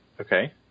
Okay